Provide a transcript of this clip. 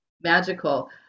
magical